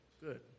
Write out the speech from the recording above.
good